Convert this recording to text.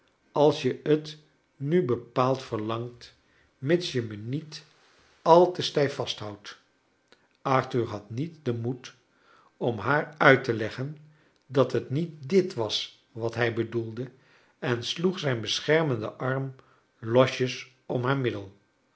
als je t nu bepaald verlangt mits je me niet al te stijf vasthoudt arthur had niet den moed om haar uit te leggen dat het niet dit was wat hij bedoelde en sloeg zijn beschermenden arm losjes om haar middel